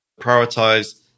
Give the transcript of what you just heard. prioritize